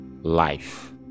life